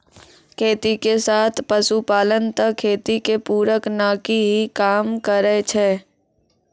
खेती के साथ पशुपालन त खेती के पूरक नाकी हीं काम करै छै